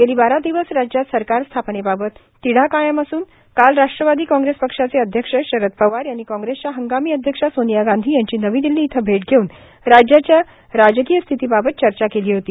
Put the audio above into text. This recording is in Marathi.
गेली बारा दिवस राज्यात सरकार स्थापनेबाबत तिठा कायम असून काल राष्ट्रवादी काँग्रेस पक्षाचे अध्यक्ष शरद पवार यांनी काँग्रेसच्या हंगामी अध्यक्षा सोनिया गांधी यांची नवी दिल्ली इथं भेट घेवून राज्याच्या राजकीय स्थितीबाबत चर्चा केली होती